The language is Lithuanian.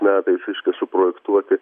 metais reiškia suprojektuoti